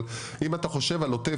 אבל אם אתה חושב על עוטף,